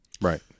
Right